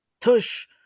TUSH